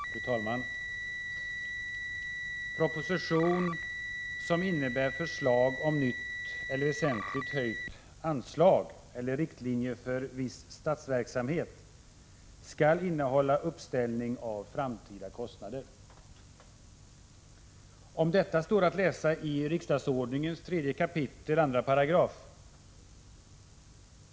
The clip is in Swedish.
Fru talman! Proposition, som innebär förslag om nytt eller väsentligt höjt anslag eller riktlinjer för viss statsverksamhet, skall innehålla uppställning av framtida kostnader. Om detta står att läsa i riksdagsordningen 3 kap. 2 §.